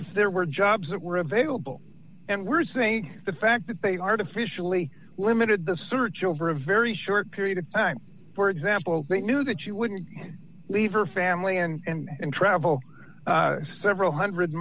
if there were jobs that were available and were saying the fact that they artificially limited the search over a very short period of time for example they knew that she wouldn't leave her family and travel several one hundred